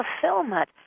fulfillment